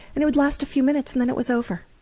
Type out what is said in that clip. it would last a few minutes and then it was over.